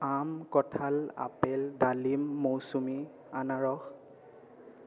আম কঁঠাল আপেল ডালিম মৌচুমী আনাৰস